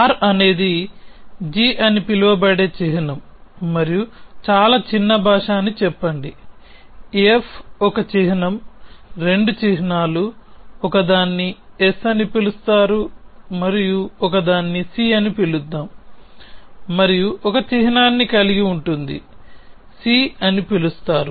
r అనేది g అని పిలువబడే చిహ్నం మరియు చాలా చిన్న భాష అని చెప్పండి F ఒక చిహ్నం రెండు చిహ్నాలు ఒకదాన్ని s అని పిలుస్తారు మరియు ఒకదాన్ని c అని పిలుద్దాం మరియు ఒక చిహ్నాన్ని కలిగి ఉంటుంది c అని పిలుస్తారు